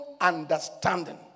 understanding